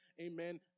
amen